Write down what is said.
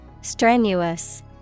Strenuous